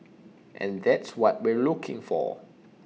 and that's what we're looking for